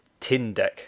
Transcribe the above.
Tindeck